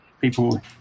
people